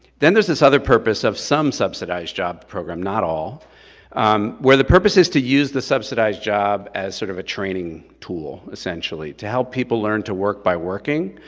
then there's this other purpose of some subsidized job program, not all where the purpose is to use the subsidized job as sort of a training tool, essentially, to help people learn to work by working,